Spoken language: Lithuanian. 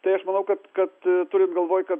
tai aš manau kad kad turint galvoj kad